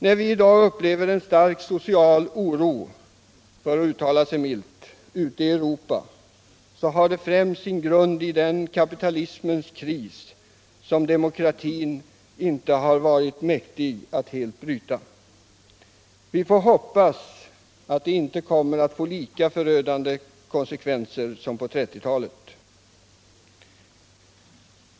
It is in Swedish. När vi i dag upplever en stark social oro ute i Europa, för att uttrycka sig milt, har det främst sin grund i den kapitalismens kris som demokratin inte har varit mäktig att helt klara av. Vi får hoppas att krisen inte kommer att få lika förödande konsekvenser som 1930-talets.